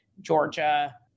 Georgia